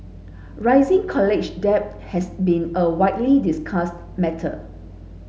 rising college debt has been a widely discussed matter